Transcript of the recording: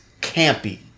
campy